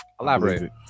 Elaborate